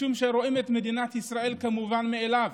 משום שרואים את מדינת ישראל כמובנת מאליה.